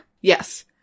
Yes